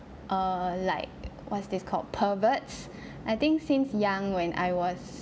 err like what's this called perverts I think since young when I was